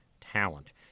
talent